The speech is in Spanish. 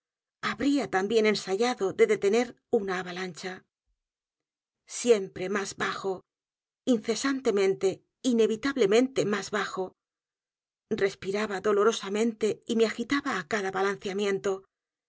habría también ensayado de detener una avalancha siempre más bajo t incesantemente inevitablemente más bajo respiraba dolorosamente y me agitaba á cada